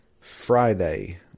Friday